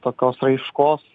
tokios raiškos